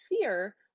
fear